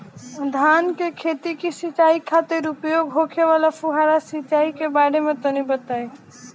धान के खेत की सिंचाई खातिर उपयोग होखे वाला फुहारा सिंचाई के बारे में तनि बताई?